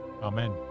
Amen